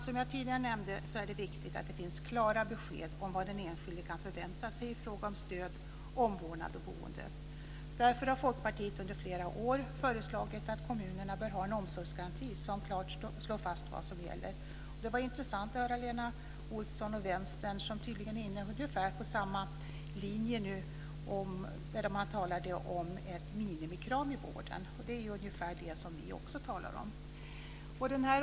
Som jag tidigare nämnde är det viktigt att det finns klara besked om vad den enskilde kan förvänta sig i fråga om stöd, omvårdnad och boende. Därför har Folkpartiet under flera år föreslagit att kommunerna bör ha en omsorgsgaranti som klart slår fast vad som gäller. Det var intressant att höra av Lena Olsson att Vänstern tydligen är inne på samma linje, eftersom hon talade om ett minimikrav i vården. Det är ungefär detsamma som vi också talar om.